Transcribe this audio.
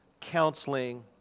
counseling